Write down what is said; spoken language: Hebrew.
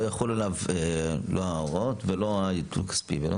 יחולו עליו ההוראות ולא ההיטלים הכספיים'.